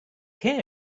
care